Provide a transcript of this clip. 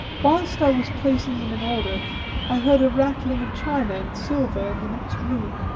whilst i was placing them in order i heard a rattling of china and silver in the next room,